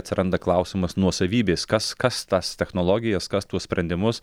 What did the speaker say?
atsiranda klausimas nuosavybės kas kas tas technologijas kas tuos sprendimus